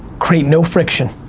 create no friction.